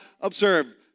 observe